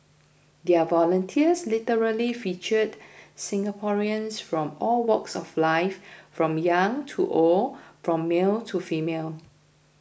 their volunteers literally featured Singaporeans from all walks of life from young to old from male to female